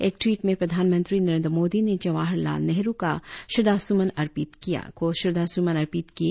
एक ट्वीट में प्रधानमंत्री नरेंद्र मोदी ने जवाहर लाल नेहरु क श्रद्धा सुमन अर्पित किए